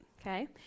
Okay